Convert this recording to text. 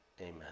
Amen